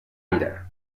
aire